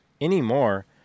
anymore